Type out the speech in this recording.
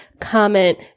comment